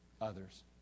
others